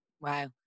Wow